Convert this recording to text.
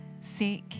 sick